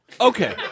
Okay